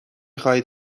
خواهید